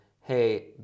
hey